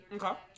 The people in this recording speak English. Okay